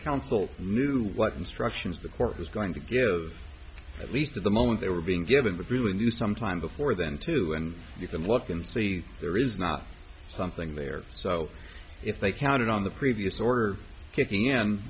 council knew what instructions the court was going to give at least to the moment they were being given but really knew sometime before then to and you can look and see there is not something there so if they counted on the previous order kicking